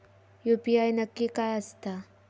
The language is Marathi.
यू.पी.आय नक्की काय आसता?